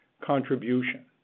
contribution